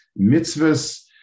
mitzvahs